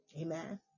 Amen